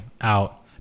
out